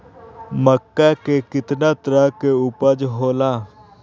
मक्का के कितना तरह के उपज हो ला?